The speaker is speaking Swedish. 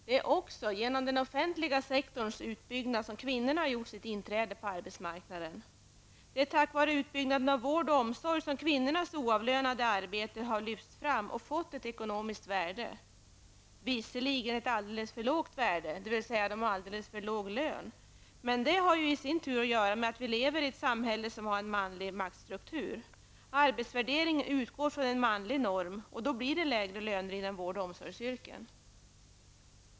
Det är också genom den offentliga sektorns utbyggnad som kvinnorna har gjort sitt inträde på arbetsmarknaden. Det är tack vare utbyggnaden av vård och omsorg som kvinnors oavlönade arbete har lyfts fram och fått ett ekonomiskt värde, visserligen ett alldeles för lågt värde -- kvinnorna har alldeles för låg lön -- men det har i sin tur att göra med att vi lever i ett samhälle med en manlig maktstruktur. Arbetsvärdering utgår från en manlig norm, och då blir det lägre löner inom vårdoch omsorgsyrken.